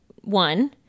one